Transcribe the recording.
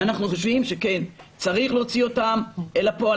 ואנחנו חושבים שצריך להוציא אותן אל הפועל